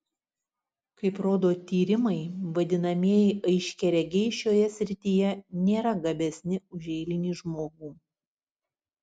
kaip rodo tyrimai vadinamieji aiškiaregiai šioje srityje nėra gabesni už eilinį žmogų